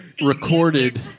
recorded